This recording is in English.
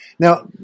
Now